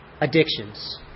Addictions